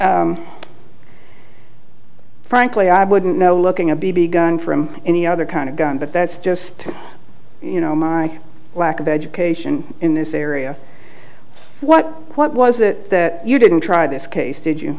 frankly i wouldn't know looking a b b gun from any other kind of gun but that's just you know my lack of education in this area what what was it that you didn't try this case did you